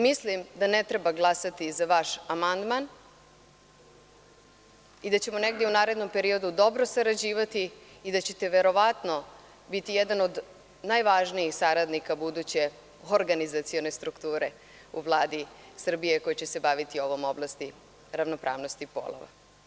Mislim da ne treba glasati za vaš amandman i da ćemo negde i u narednom periodu dobro sarađivati i da ćete verovatno biti jedan od najvažnijih saradnika buduće organizacione strukture u Vladi Srbije koja će se baviti ovom oblasti ravnopravnosti polova.